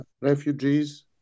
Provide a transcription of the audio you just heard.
refugees